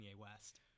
West